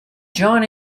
john